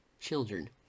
children